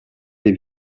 les